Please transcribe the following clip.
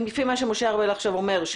לפי מה שמשה ארבל עכשיו אומר,